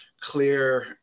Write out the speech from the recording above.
clear